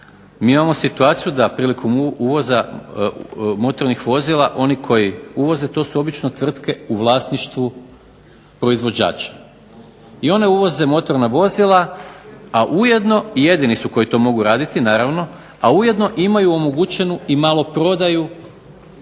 mi imamo situaciju da prilikom uvoza motornih vozila oni koji uvoze to su obično tvrtke u vlasništvu proizvođača. I one uvoze motorna vozila a ujedno imaju omogućenu maloprodaju